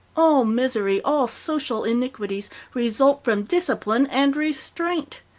all misery, all social iniquities result from discipline and restraint.